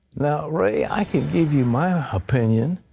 ray, i could give you my opinion,